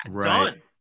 done